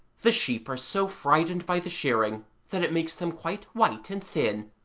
the sheep are so frightened by the shearing that it makes them quite white and thin,